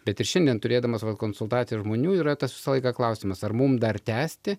bet ir šiandien turėdamas konsultaciją žmonių yra tas visą laiką klausimas ar mum dar tęsti